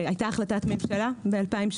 והייתה החלטת ממשלה ב-2017.